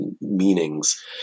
meanings